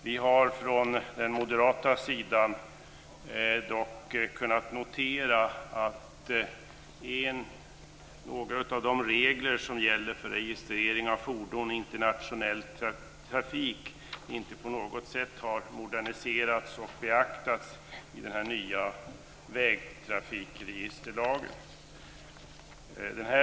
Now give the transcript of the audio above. Vi har från den moderata sidan dock kunnat notera att några av de regler som gäller för registrering av fordon i internationell trafik inte på något sätt har moderniserats och beaktats i den nya vägtrafikregisterlagen.